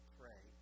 pray